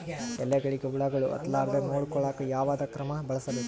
ಎಲೆಗಳಿಗ ಹುಳಾಗಳು ಹತಲಾರದೆ ನೊಡಕೊಳುಕ ಯಾವದ ಕ್ರಮ ಬಳಸಬೇಕು?